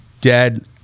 dead